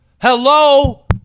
Hello